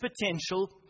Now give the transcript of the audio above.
potential